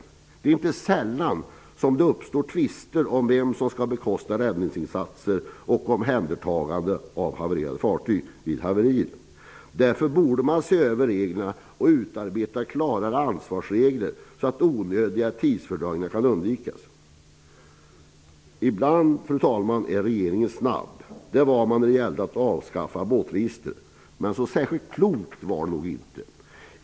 Det uppstår inte sällan tvister om vem som skall bekosta räddningsinsatser och omhändertagande av havererade fartyg vid haverier. Därför borde man se över reglerna och utarbeta klarare ansvarsregler så att onödiga tidsfördröjningar kan undvikas. Fru talman! Ibland är regeringen snabb. Det var den när det gällde att avskaffa båtregistret. Men särskilt klokt var det nog inte.